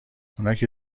اوناکه